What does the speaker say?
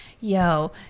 Yo